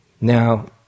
Now